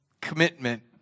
Commitment